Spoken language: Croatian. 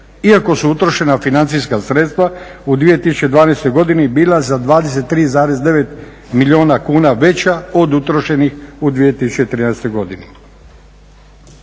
iako su utrošena financijska sredstva u 2012. godini bila za 23,9 milijuna kuna veća od utrošenih u 2013. godini.